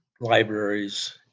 libraries